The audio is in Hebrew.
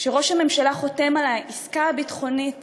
כשראש הממשלה חותם על עסקה ביטחונית